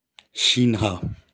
Sinha